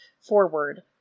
forward